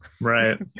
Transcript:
right